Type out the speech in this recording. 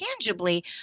tangibly